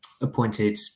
appointed